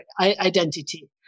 identity